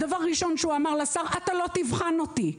הדבר הראשון שהוא אמר לשר: אתה לא תבחן אותי.